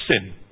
sin